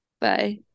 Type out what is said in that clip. Bye